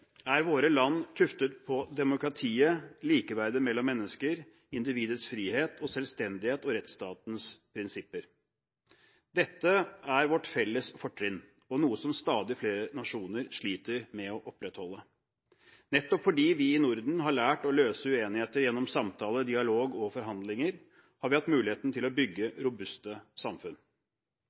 er våre land tuftet på demokratiet, likeverdet mellom mennesker, individets frihet og selvstendighet og rettsstatens prinsipper. Dette er vårt felles fortrinn og noe som stadig flere nasjoner sliter med å opprettholde. Nettopp fordi vi i Norden har lært å løse uenigheter gjennom samtaler, dialog og forhandlinger, har vi hatt muligheten til å bygge robuste samfunn.